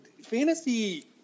Fantasy